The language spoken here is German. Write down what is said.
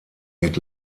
wird